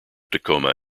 tacoma